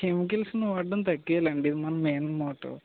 కెమికల్స్ని వాడడం తగ్గించాలండీ మన మెయిన్ మోటో